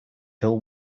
till